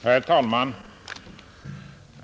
Herr talman!